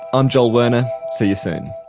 i'm joel werner. see you soon